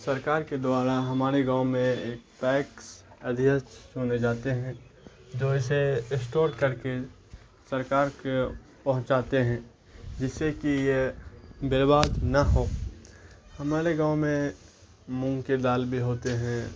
سرکار کے دوارا ہمارے گاؤں میں ایک پیکس ادھیت سنے جاتے ہیں جو اسے اسٹور کر کے سرکار کے پہنچاتے ہیں جس سے کہ یہ برباد نہ ہو ہمارے گاؤں میں مونگ کے دال بھی ہوتے ہیں